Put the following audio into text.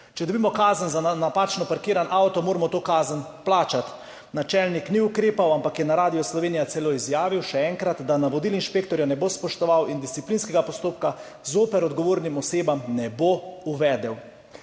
Če dobimo kazen za napačno parkiran avto, moramo to kazen plačati. Načelnik ni ukrepal, ampak je na Radiu Slovenija celo izjavil, še enkrat, da navodil inšpektorja ne bo spoštoval in disciplinskega postopka zoper odgovorne osebe ne bo uvedel.